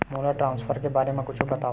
मोला ट्रान्सफर के बारे मा कुछु बतावव?